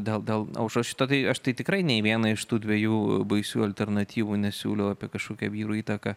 dėl dėl aušros šito tai aš tai tikrai ne vieną iš tų dviejų baisių alternatyvų nesiūliau apie kažkokią vyrų įtaką